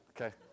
Okay